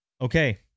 Okay